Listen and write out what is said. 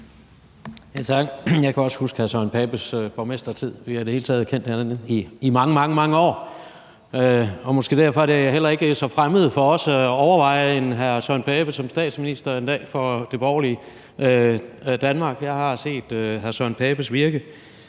Jeg kan også huske hr. Søren Pape Poulsens borgmestertid. Vi har i det hele taget kendt hinanden i mange, mange år. Det er måske derfor heller ikke så fremmed for os en dag at overveje hr. Søren Pape Poulsen som statsminister for det borgerlige Danmark. Jeg har set hr. Søren Pape